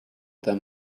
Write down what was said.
them